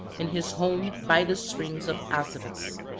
in his home by the springs of asopus.